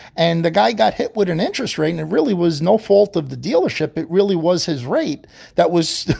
and the guy got hit with an interest rate. and it really was no fault of the dealership. it really was his rate that was,